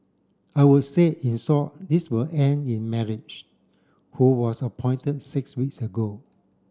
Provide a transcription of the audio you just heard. I would say in short this will end in marriage who was appointed six weeks ago